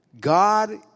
God